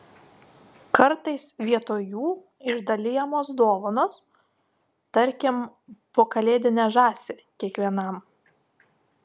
kartais vietoj jų išdalijamos dovanos tarkim po kalėdinę žąsį kiekvienam